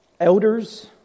Elders